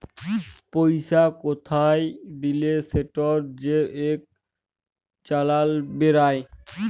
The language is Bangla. পইসা কোথায় দিলে সেটর যে ইক চালাল বেইরায়